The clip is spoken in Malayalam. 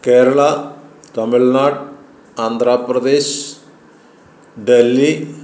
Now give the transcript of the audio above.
കേരള തമിൽനാട് ആന്ധ്രാപ്രദേശ് ഡൽഹി